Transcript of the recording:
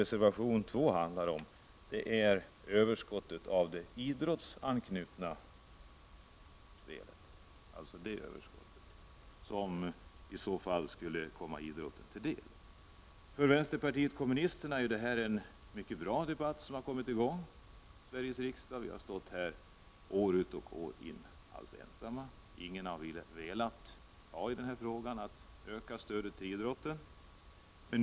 Reservation 2 tar upp frågan om överskottet av det idrottsanknutna spelet som i så fall skulle komma idrotten till del. För vänsterpartiet kommunisterna är detta en mycket bra debatt som har kommit i gång i Sveriges riksdag. Vi har stått år ut och år in alldeles ensamma. Ingen har velat ta tag i frågan om att öka stödet till idrotten.